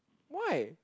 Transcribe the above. why